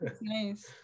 nice